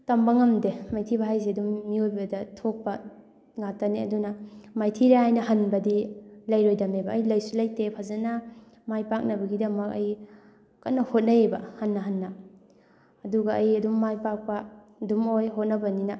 ꯇꯝꯕ ꯉꯝꯗꯦ ꯃꯥꯏꯊꯤꯕ ꯍꯥꯏꯁꯤ ꯑꯗꯨꯝ ꯃꯤꯑꯣꯏꯕꯗ ꯊꯣꯛꯄ ꯉꯥꯛꯇꯅꯦ ꯑꯗꯨꯅ ꯃꯥꯏꯊꯤꯔꯦ ꯍꯥꯏꯅ ꯍꯟꯕꯗꯤ ꯂꯩꯔꯣꯏꯗꯕꯅꯦꯕ ꯑꯩ ꯂꯩꯁꯨ ꯂꯩꯇꯦ ꯐꯖꯅ ꯃꯥꯏ ꯄꯥꯛꯅꯕꯒꯤꯗꯃꯛ ꯑꯩ ꯀꯟꯅ ꯍꯣꯠꯅꯩꯌꯦꯕ ꯍꯟꯅ ꯍꯟꯅ ꯑꯗꯨꯒ ꯑꯩ ꯑꯗꯨꯝ ꯃꯥꯏ ꯄꯥꯛꯄ ꯑꯗꯨꯝ ꯑꯣꯏ ꯍꯣꯠꯅꯕꯅꯤꯅ